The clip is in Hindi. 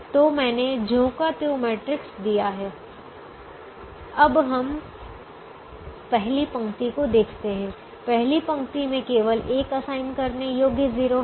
तो मैंने ज्यों का त्यों मैट्रिक्स दिया है अब हम पहली पंक्ति को देखते हैं पहली पंक्ति में केवल एक असाइन करने योग्य 0 है